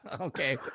okay